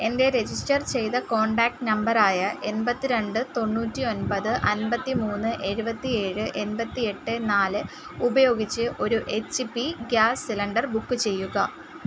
എൻ്റെ രജിസ്റ്റർ ചെയ്ത contact number ആയ എൺപത്തി രണ്ട് തൊണ്ണൂറ്റി ഒൻപത് അൻപത്തി മൂന്ന് എഴുപത്തി ഏഴ് എൺപത്തി എട്ട് നാല് ഉപയോഗിച്ച് ഒരു H P gas cylinder book ചെയ്യുക